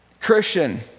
Christian